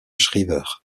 shriver